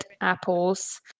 apples